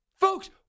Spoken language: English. Folks